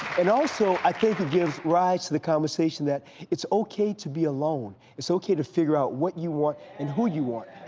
and also, i think it gives rise to the conversation that it's ok to be alone. it's ok to figure out what you want and who you want.